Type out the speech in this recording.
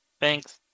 thanks